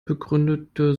begründete